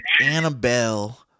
Annabelle